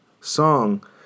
song